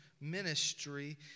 ministry